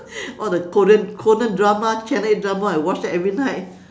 all the korean korean drama channel eight drama I watch that every night